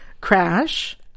Crash